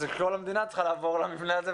כל המדינה צריכה לעבור למבנה הזה,